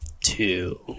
Two